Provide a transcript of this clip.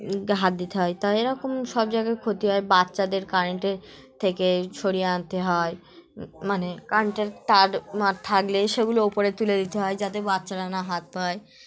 হাত দিতে হয় তাই এরকম সব জায়গায় ক্ষতি হয় বাচ্চাদের কারেন্টের থেকে সরিয়ে আনতে হয় মানে কারেন্টের তার মার থাকলে সেগুলো ওপরে তুলে দিতে হয় যাতে বাচ্চারা না হাত পায়